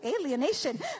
alienation